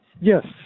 yes